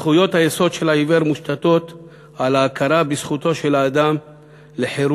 זכויות היסוד של העיוור מושתתות על ההכרה בזכותו של האדם לחירות,